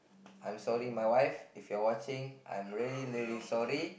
I'm sorry my wife if you are watching I'm really really sorry